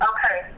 Okay